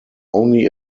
only